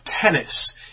tennis